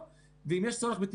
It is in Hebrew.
היא לא על הכנסת,